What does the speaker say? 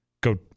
go